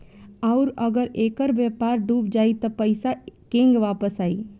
आउरु अगर ऐकर व्यापार डूब जाई त पइसा केंग वापस आई